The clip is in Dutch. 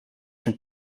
zijn